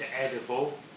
edible